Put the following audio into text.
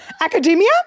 Academia